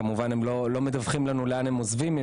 הם כמובן לא מדווחים לנו לאן הם עוזבים.